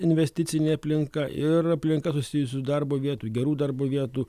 investicinė aplinka ir aplinka susijusi su darbo vietų gerų darbo vietų